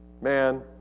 Man